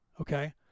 Okay